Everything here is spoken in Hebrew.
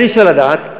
אבל אי-אפשר לדעת,